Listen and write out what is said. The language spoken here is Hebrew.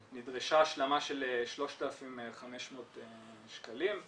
נדרשה השלמה של 3,500 שקלים,